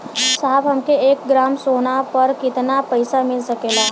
साहब हमके एक ग्रामसोना पर कितना पइसा मिल सकेला?